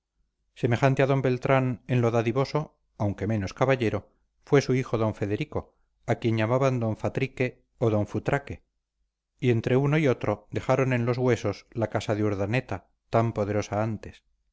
semejante a d beltrán en lo dadivoso aunque menos caballero fue su hijo d federico a quien llamaban d fatrique o d futraque y entre uno y otro dejaron en los huesos la casa de urdaneta tan poderosa antes